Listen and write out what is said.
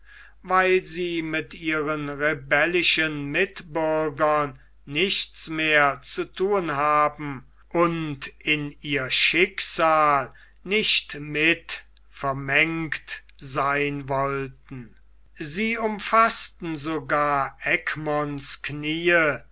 weil sie mit ihren rebellischen mitbürgern nichts mehr zu thun haben und in ihr schicksal nicht mit vermengt sein wollten sie umfaßten sogar egmonts kniee